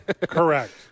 Correct